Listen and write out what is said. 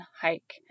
hike